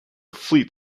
fleet